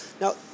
now